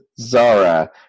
Zara